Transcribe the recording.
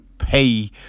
pay